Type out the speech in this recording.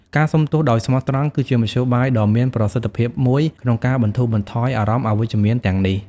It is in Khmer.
ការសុំទោសដោយស្មោះត្រង់ គឺជាមធ្យោបាយដ៏មានប្រសិទ្ធភាពមួយក្នុងការបន្ធូរបន្ថយអារម្មណ៍អវិជ្ជមានទាំងនេះ។